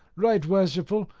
right worshipful,